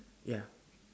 ya